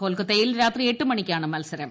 കൊൽക്കത്തയിൽ രാത്രി എട്ടു മണിക്കാണ് മത്സരം